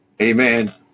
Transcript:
amen